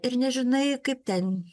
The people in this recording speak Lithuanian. ir nežinai kaip ten